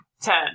Ten